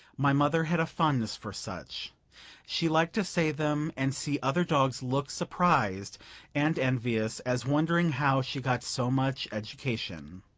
my mother had a fondness for such she liked to say them, and see other dogs look surprised and envious, as wondering how she got so much education.